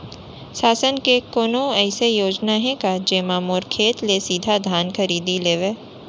शासन के कोनो अइसे योजना हे का, जेमा मोर खेत ले सीधा धान खरीद लेवय?